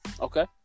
Okay